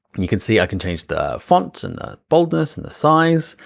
you can see i can change the font, and the boldness, and the size.